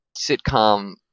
sitcom